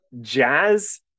jazz